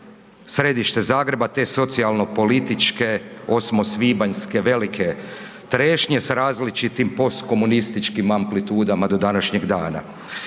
središte Zagreba, te socijalno političke osmosvibanjske velike trešnje sa različitim postkomunističkim amplitudama do današnjeg dana?